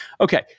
Okay